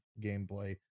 gameplay